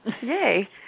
Yay